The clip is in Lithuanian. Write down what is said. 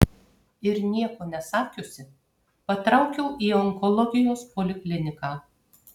ir nieko nesakiusi patraukiau į onkologijos polikliniką